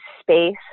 space